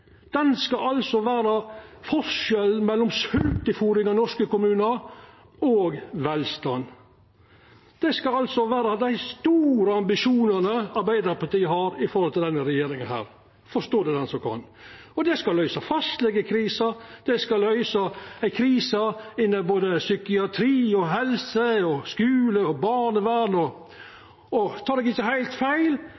skal altså vera forskjellen mellom sultefôring av norske kommunar og velstand. Det skal altså vera dei store ambisjonane Arbeidarpartiet har i forhold til denne regjeringa. Forstå det den som kan. Og det skal løysa fastlegekrisa, det skal løysa ei krise innan både psykiatri og helse og skule og